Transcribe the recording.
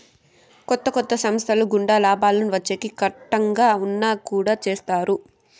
కొత్త కొత్త సంస్థల గుండా లాభాలు వచ్చేకి కట్టంగా ఉన్నా కుడా చేత్తారు